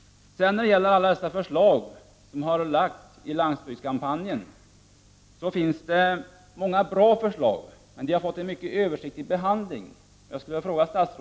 Många bra förslag har kommit fram i landsbygdskampanjen, men de har fått en mycket översiktlig behandling.